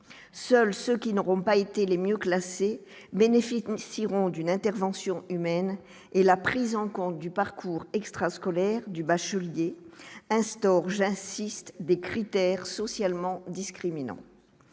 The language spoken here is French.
seuls ceux qui n'auront pas été les mieux classés bénéfique si d'une intervention humaine et la prise en compte du parcours extra-scolaires du bachelier instaure, j'insiste, des critères socialement discriminant